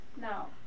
Now